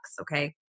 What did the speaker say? Okay